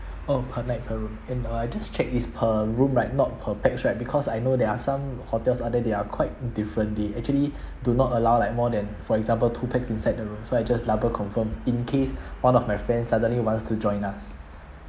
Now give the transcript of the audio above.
oh per night per room and uh just check is per room right not per pax right because I know there are some hotels out there they are quite differently actually do not allow like more than for example two pax inside the room so I just double confirm in case one of my friend suddenly wants to join us